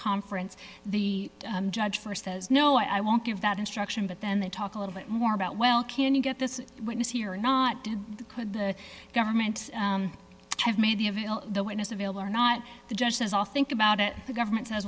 conference the judge for says no i won't give that instruction but then they talk a little bit more about well can you get this witness here or not to the could the government have made the of the witness available or not the judge has all think about it the government says